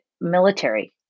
military